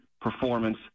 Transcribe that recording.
performance